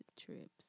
trips